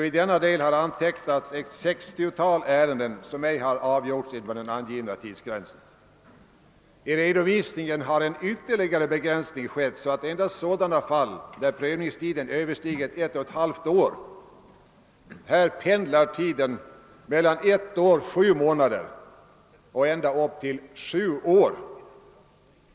I denna del har antecknats ett 60-tal ärenden som inte har avgjorts inom den angivna tidsgränsen. I redovisningen har en ytterligare begränsning gjorts, så att endast sådana fall medtagits där prövningstiden har överstigit 12/2 år. Här pendlar tiden mellan 1 år 7 månader och ända upp till 7 år.